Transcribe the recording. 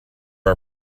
our